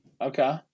Okay